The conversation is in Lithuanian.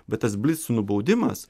bet tas blic nubaudimas